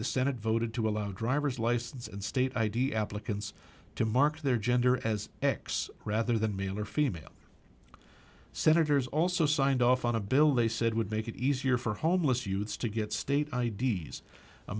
the senate voted to allow driver's license and state id applicants to mark their gender as x rather than male or female senators also signed off on a bill they said would make it easier for homeless youths to get state i d s a